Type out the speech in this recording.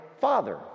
father